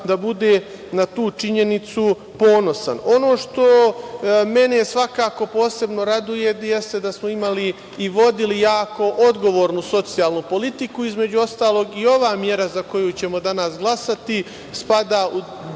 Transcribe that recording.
da bude na tu činjenicu ponosan. Ono što mene svakako posebno raduje jeste da smo imali i vodili jako odgovornu socijalnu politiku. Između ostalog, i ova mera za koju ćemo danas glasati spada u